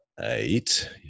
eight